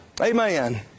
Amen